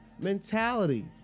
mentality